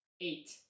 eight